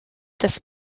this